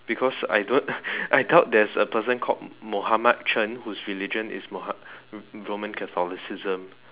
because I don't I doubt there's a person called Muhammad-Chen whose religion is Muhammad Roman Catholicism